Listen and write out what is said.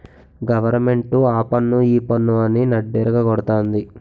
government ఆపన్ను ఈపన్ను అని నడ్డిరగ గొడతంది